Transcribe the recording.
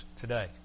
today